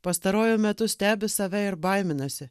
pastaruoju metu stebi save ir baiminasi